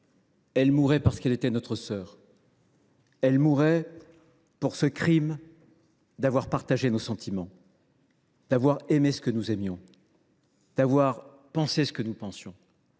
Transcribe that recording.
qui mourait parce qu’elle était notre sœur et pour le crime d’avoir partagé nos sentiments, d’avoir aimé ce que nous aimons, pensé ce que nous pensons,